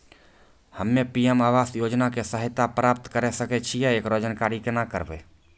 हम्मे पी.एम आवास योजना के सहायता प्राप्त करें सकय छियै, एकरो जानकारी केना करबै?